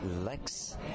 Lex